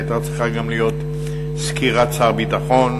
הייתה צריכה גם להיות סקירת שר הביטחון,